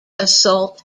assault